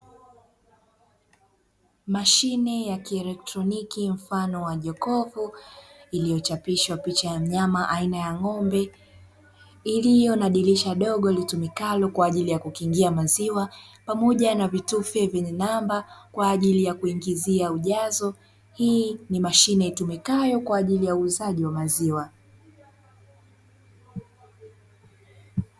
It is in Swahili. Mashine ya kielektroniki mfano wa jokofu iliyochapishwa picha ya mnyama aina ya ng'ombe, iliyo na dirisha dogo litumikalo kwa ajili ya kukiingia maziwa pamoja na vitufe vyenye namba kwa ajili ya kuingizia ujazo, hii ni mashine itumikayo kwa ajili ya uuzaji wa maziwa.